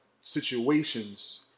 situations